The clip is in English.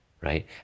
right